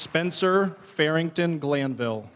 spencer farrington glanville